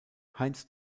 heinz